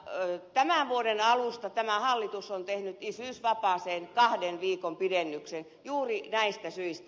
tämän vuoden alusta tämä hallitus on tehnyt isyysvapaaseen kahden viikon pidennyksen juuri näistä syistä